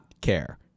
care